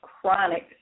chronic